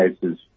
cases